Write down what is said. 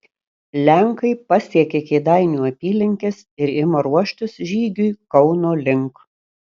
lenkai pasiekia kėdainių apylinkes ir ima ruoštis žygiui kauno link